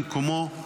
במקומו,